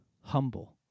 humble